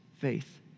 faith